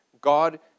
God